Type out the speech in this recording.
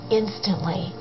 instantly